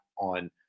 on